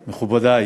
מכובדי,